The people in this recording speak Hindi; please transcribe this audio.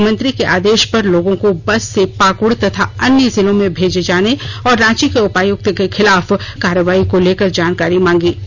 एक मंत्री के आदेश पर लोगों को बस से पाकड तथा अन्य जिलों में भेजे जाने और रांची के उपायुक्त के खिलाफ कार्रवाई को लेकर जानकारी मांगी